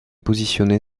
positionnée